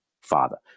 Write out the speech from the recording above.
father